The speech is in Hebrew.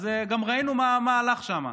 אז גם ראינו מה הלך שם.